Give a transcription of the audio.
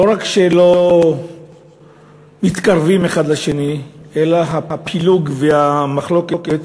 לא רק שלא מתקרבים אחד לשני, אלא הפילוג והמחלוקת